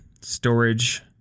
Storage